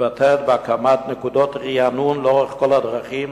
המתבטא בהקמת נקודות רענון לאורך כל הדרכים